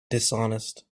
dishonest